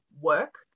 work